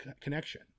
connection